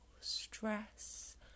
stress